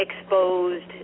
exposed